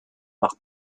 par